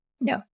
no